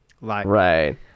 Right